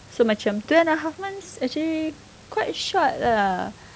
so macam two and a half months actually quite short lah